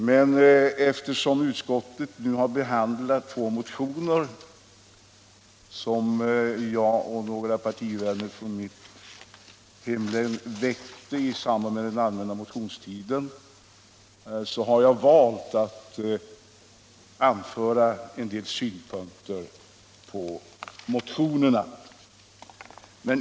Men eftersom utskottet nu har behandlat två motioner som jag = sysselsättnings och och några partivänner från mitt hemlän väckte under den allmänna mot = regionalpolitik ionstiden har jag valt att anföra en del synpunkter på motionerna.